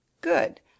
Good